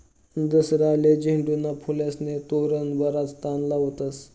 दसराले झेंडूना फुलेस्नं तोरण बराच जण लावतस